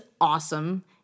awesome